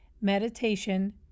meditation